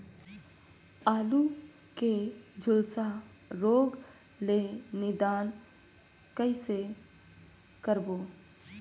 आलू के झुलसा रोग ले निदान कइसे करबो?